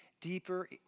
deeper